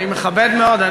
אני מכבד מאוד,